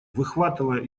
выхватывая